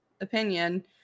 opinion